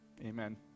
Amen